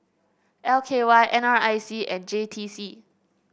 L K Y N R I C and J T C